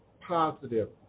positive